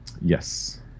yes